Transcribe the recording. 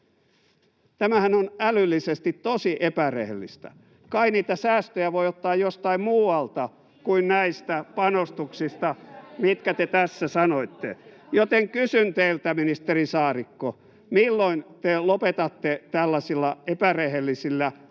Tämähän on älyllisesti tosi epärehellistä. Kai niitä säästöjä voi ottaa jostain muualta kuin näistä panostuksista, mitkä te tässä sanoitte. Joten kysyn teiltä, ministeri Saarikko: milloin te lopetatte tällaisilla epärehellisillä argumenteilla